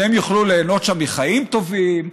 שהם יוכלו ליהנות שם מחיים טובים,